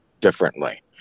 differently